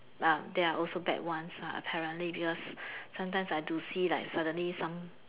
ah there are also bad ones uh apparently because sometimes I do see like suddenly some